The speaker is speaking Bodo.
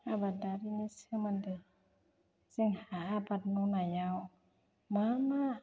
आबादारिनि सोमोन्दै जोंहा आबाद मावनायाव मा मा